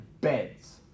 beds